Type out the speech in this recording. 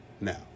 Now